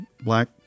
black